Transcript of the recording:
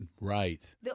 Right